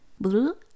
Blue